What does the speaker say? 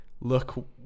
look